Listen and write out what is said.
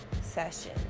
session